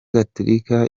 gatolika